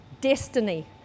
Destiny